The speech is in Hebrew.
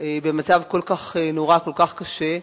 במצב כל כך נורא, כל כך קשה,